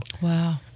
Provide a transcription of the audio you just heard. Wow